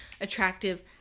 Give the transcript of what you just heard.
attractive